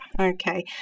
Okay